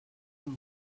and